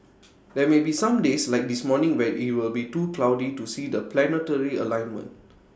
there may be some days like this morning where IT will be too cloudy to see the planetary alignment